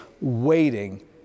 waiting